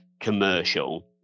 commercial